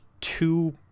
two